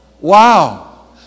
Wow